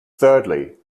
thirdly